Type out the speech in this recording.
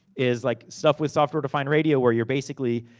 is like stuff with software to find radio, where you're basically